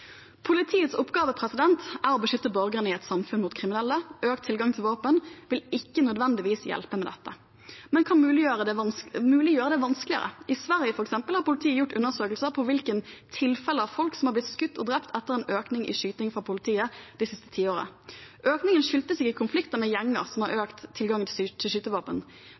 Politiets oppgave er å beskytte borgerne i et samfunn mot kriminelle. Økt tilgang til våpen vil ikke nødvendigvis hjelpe med dette, men kan mulig gjøre det vanskeligere. I f.eks. Sverige har politiet gjort undersøkelser av hvilke tilfeller som finnes av folk som er blitt skutt og drept etter en økning i skyting fra politiet det siste tiåret. Økningen skyldtes ikke konflikter med gjenger som har fått økt tilgang til